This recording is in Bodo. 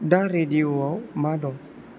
दा रेडिअ'आव मा दं